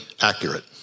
accurate